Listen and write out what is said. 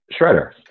Shredder